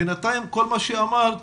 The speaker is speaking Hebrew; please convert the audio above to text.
בינתיים כל מה שאמרת,